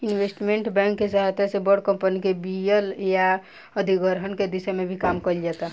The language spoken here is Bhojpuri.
इन्वेस्टमेंट बैंक के सहायता से बड़ कंपनी के विलय आ अधिग्रहण के दिशा में भी काम कईल जाता